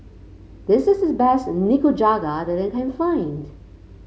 this is the best Nikujaga that I can find